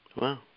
Wow